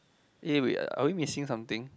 eh we are are we missing something